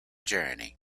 journey